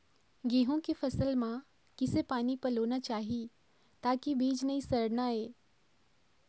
गेहूं के फसल म किसे पानी पलोना चाही ताकि बीज नई सड़ना ये?